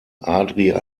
adria